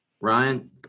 Ryan